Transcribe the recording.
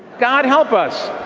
god help us